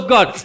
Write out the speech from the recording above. God